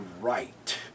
right